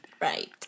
Right